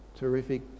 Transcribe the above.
Terrific